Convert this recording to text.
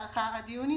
הארכה עד יוני?